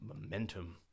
momentum